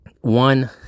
One